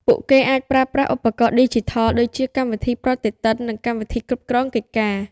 ពួកគេអាចប្រើប្រាស់ឧបករណ៍ឌីជីថលដូចជាកម្មវិធីប្រតិទិននិងកម្មវិធីគ្រប់គ្រងកិច្ចការ។